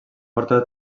forta